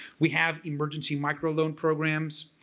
we have emergency micro loan programs.